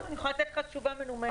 אני יכולה לתת לך תשובה מנומקת.